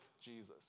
Jesus